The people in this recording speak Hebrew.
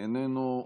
איננו,